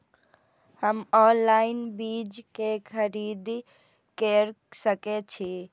हम ऑनलाइन बीज के खरीदी केर सके छी?